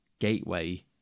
gateway